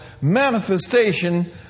manifestation